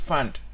Fund